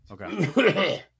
Okay